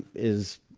is